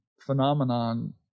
phenomenon